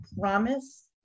promise